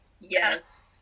Yes